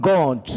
God